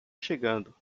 chegando